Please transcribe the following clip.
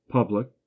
Public